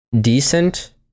decent